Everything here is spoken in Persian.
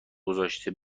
گذاشته